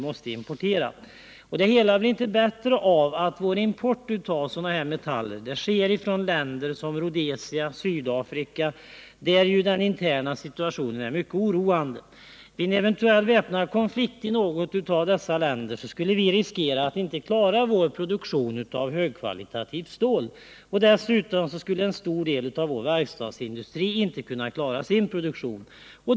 Det hela blir inte bättre av att vår import av sådana här metaller sker från länder som Rhodesia och Sydafrika, där den interna situationen är mycket oroande. Vid en eventuell väpnad konflikt i något av dessa länder skulle vi riskera att inte klara vår produktion av högkvalitativt stål. Dessutom skulle en stor del av vår verkstadsindustri då icke kunna klara sin produktion.